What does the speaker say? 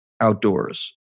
outdoors